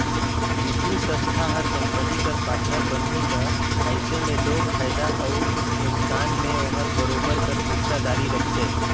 बित्तीय संस्था हर कंपनी कर पार्टनर बनही ता अइसे में दो फयदा अउ नोसकान में ओहर बरोबेर कर हिस्सादारी रखथे